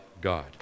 God